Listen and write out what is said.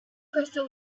crystal